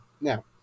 Now